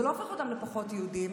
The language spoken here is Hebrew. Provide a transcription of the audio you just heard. זה לא הופך אותם לפחות יהודים.